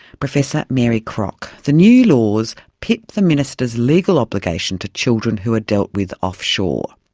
professor mary crock. the new laws pit the minister's legal obligation to children who are dealt with offshore.